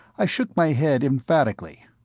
i shook my head emphatically.